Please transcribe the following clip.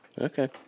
Okay